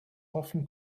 often